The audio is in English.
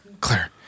Claire